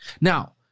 Now